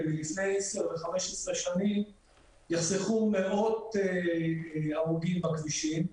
מלפני עשר ו-15 שנים יחסכו מאות הרוגים בכבישים.